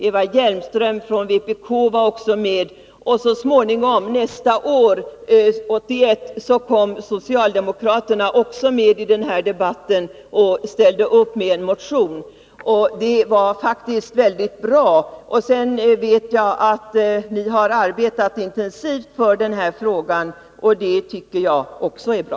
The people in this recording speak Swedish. Eva Hjelmström, vpk, var också engagerad. Året därpå, dvs. 1981, kom också socialdemokraterna med i debatten efter att ha väckt en motion, och det var bra. Därefter har ni arbetat intensivt med den här frågan, och det tycker jag också är bra.